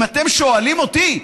אם אתם שואלים אותי,